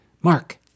Mark